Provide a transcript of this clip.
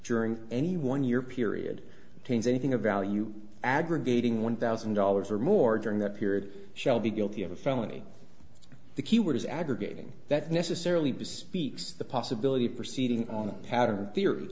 during any one year period teens anything of value aggregating one thousand dollars or more during that period shall be guilty of a felony the key word is aggregating that necessarily bespeaks the possibility of proceeding on a pattern theory